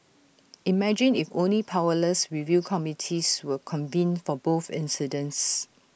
imagine if only powerless review committees were convened for both incidents